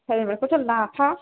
हेल्मेटखौथ' लाफा